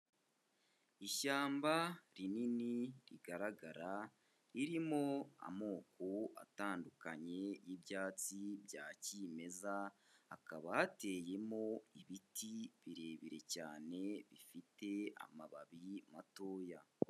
Ishyamba rinini rigaragara ririmo amoko atandukanye y'ibyatsi bya kimeza, hakaba hateyemo ibiti birebire cyane bifite amababi matoya.